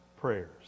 prayers